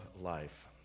life